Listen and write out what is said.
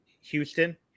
Houston